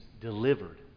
delivered